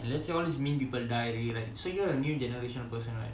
and let's say all this mean people die already right so you're a new generation of person right